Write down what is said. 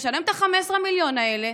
נשלם את ה-15 מיליון האלה,